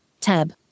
Tab